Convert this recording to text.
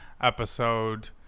episode